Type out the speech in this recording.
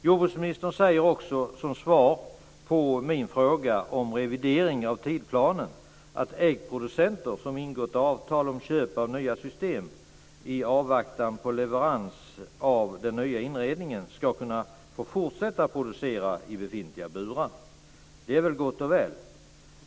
Jordbruksministern säger också som svar på min fråga om revidering av tidsplanen att äggproducenter som ingått avtal om köp av nya system i avvaktan på leverans av den nya inredningen ska kunna få fortsätta att producera i befintliga burar. Det är väl gott och väl.